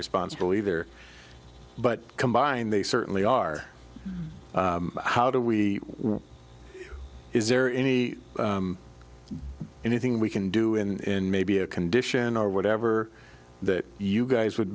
responsible either but combined they certainly are how do we is there any anything we can do in maybe a condition or whatever that you guys would